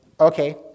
Okay